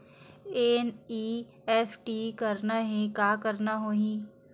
NEFT करना हे का करना होही?